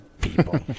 people